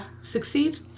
Succeed